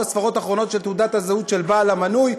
ספרות אחרונות של תעודת הזהות של בעל המנוי,